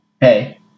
hey